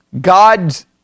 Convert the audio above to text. God's